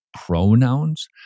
pronouns